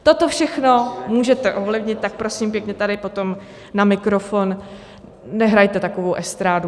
Toto všechno můžete ovlivnit, tak prosím pěkně tady potom na mikrofon nehrajte takovou estrádu.